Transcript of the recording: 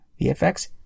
VFX